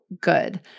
good